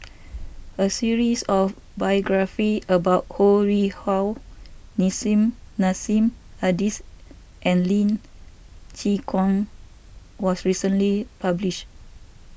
a series of biographies about Ho Rih Hwa Nissim Nassim Adis and Lee Chin Koon was recently published